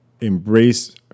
embrace